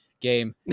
game